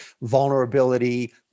vulnerability